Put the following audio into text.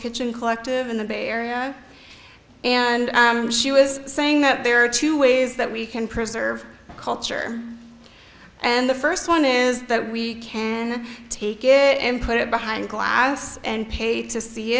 kitchen collective in the bay area and she was saying that there are two ways that we can preserve a culture and the first one is that we can take it and put it behind glass and pay to see